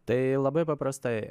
tai labai paprastai